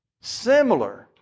Similar